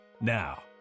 Now